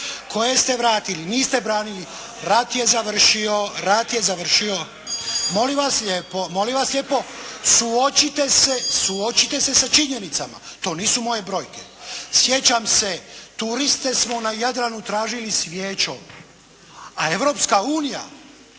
koje ste vratili. Niste branili, rat je završio. …/Upadica se ne čuje./… Molim vas lijepo suočite se sa činjenicama. To nisu moje brojke. Sjećam se turiste smo na Jadranu tražili svijećom. A Europska unija,